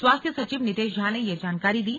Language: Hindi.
स्वास्थ्य सचिव नितेश झा ने ये जानकारी दी